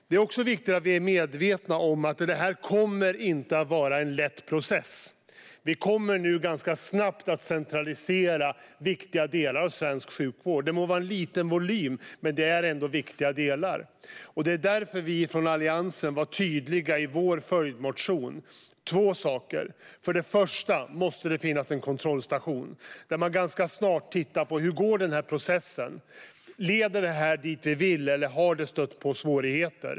Det är också viktigt att vi är medvetna om att detta inte kommer att vara en lätt process. Vi kommer ganska snabbt att centralisera viktiga delar av svensk sjukvård. Det må vara en liten volym, men det är ändå viktiga delar. Därför var vi i Alliansen tydliga i vår följdmotion i fråga om två saker. För det första: Det måste finnas en kontrollstation, där man ganska snart tittar på hur denna process går. Leder den dit vi vill, eller har den stött på svårigheter?